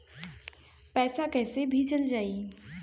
पैसा कैसे भेजल जाइ?